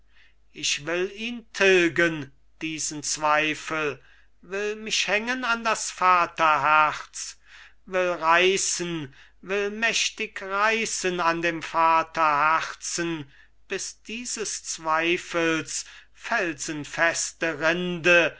ich will ihn tilgen diesen zweifel will mich hängen an das vaterherz will reißen will mächtig reißen an dem vaterherzen bis dieses zweifels felsenfeste rinde